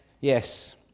yes